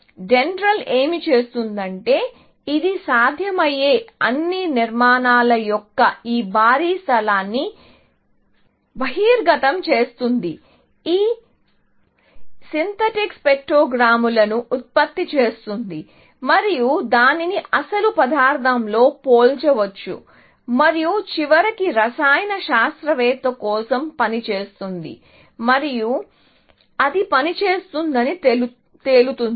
Dendral ఏమి చేస్తుందంటే ఇది సాధ్యమయ్యే అన్ని నిర్మాణాల యొక్క ఈ భారీ స్థలాన్ని బహిర్గతం చేస్తుంది ఈ సింథటిక్ స్పెక్ట్రోగ్రామ్లను ఉత్పత్తి చేస్తుంది మరియు దానిని అసలు పదార్థంతో పోల్చవచ్చు మరియు చివరికి రసాయన శాస్త్రవేత్త కోసం పని చేస్తుంది మరియు అది పనిచేస్తుందని తేలుతుంది